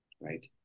right